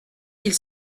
qu’il